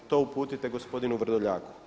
To uputite gospodinu Vrdoljaku.